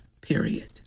period